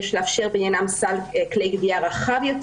יש לאפשר בעניינם סל כלי פגיעה רחב יותר